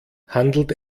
handelt